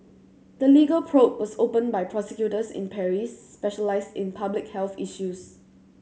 the legal probe was opened by prosecutors in Paris specialised in public health issues